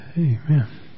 Amen